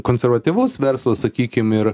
konservatyvus verslas sakykim ir